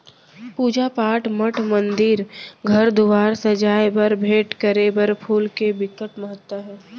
पूजा पाठ, मठ मंदिर, घर दुवार सजाए बर, भेंट करे बर फूल के बिकट महत्ता हे